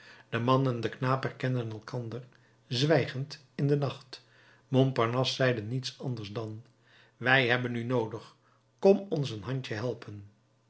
de man en de knaap herkenden elkander zwijgend in den nacht montparnasse zeide niets anders dan wij hebben u noodig kom ons een handje helpen